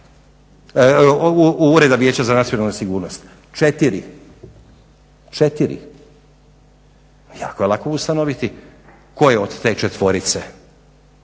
Ureda Vijeća za nacionalnu sigurnost? Četiri. Jako je lako ustanoviti tko je od te četvorice